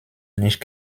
nicht